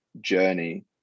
journey